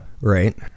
Right